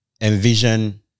Envision